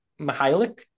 Mihailik